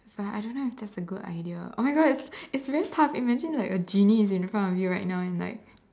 but I don't know if that's a good idea oh my God it's it's very tough imagine like a genie is in front of you right now and like